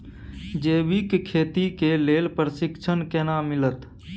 जैविक खेती के लेल प्रशिक्षण केना मिलत?